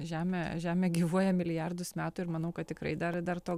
žemė žemė gyvuoja milijardus metų ir manau kad tikrai dar dar to